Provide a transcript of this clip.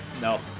No